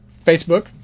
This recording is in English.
Facebook